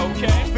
Okay